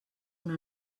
una